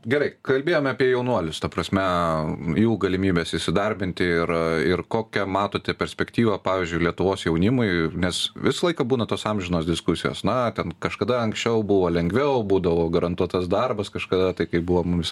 na gerai kalbėjome apie jaunuolius ta prasme jų galimybes įsidarbinti ir ir kokią matote perspektyvą pavyzdžiui lietuvos jaunimui nes visą laiką būna tos amžinos diskusijos na ten kažkada anksčiau buvo lengviau būdavo garantuotas darbas kažkada tai kaip buvo mumis